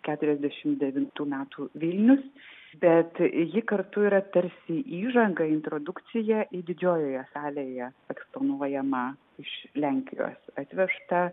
keturiasdešimt devintų metų vilnius bet ji kartu yra tarsi įžanga introdukcija į didžiojoje salėje eksponuojamą iš lenkijos atvežtą